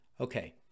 Okay